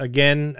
Again